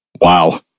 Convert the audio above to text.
Wow